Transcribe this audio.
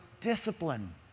discipline